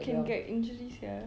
can get injury sia